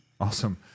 awesome